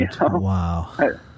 Wow